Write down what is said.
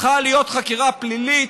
צריכה להיות חקירה פלילית,